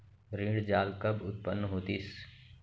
ऋण जाल कब उत्पन्न होतिस?